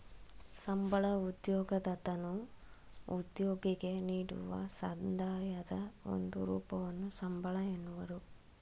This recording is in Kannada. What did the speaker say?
ಸಂಬಳ ಉದ್ಯೋಗದತನು ಉದ್ಯೋಗಿಗೆ ನೀಡುವ ಸಂದಾಯದ ಒಂದು ರೂಪವನ್ನು ಸಂಬಳ ಎನ್ನುವರು